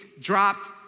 dropped